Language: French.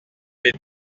les